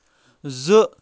زٕ